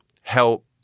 help